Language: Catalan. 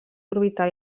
orbital